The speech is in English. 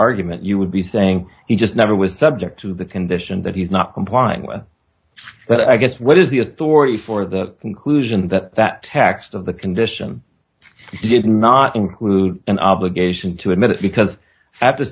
argument you would be saying he just never was subject to the condition that he's not complying with but i guess what is the authority for the conclusion that that text of the condition did not include an obligation to admit it because i have to